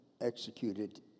executed